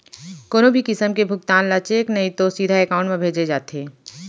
कोनो भी किसम के भुगतान ल चेक नइ तो सीधा एकाउंट म भेजे जाथे